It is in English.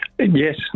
Yes